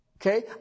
Okay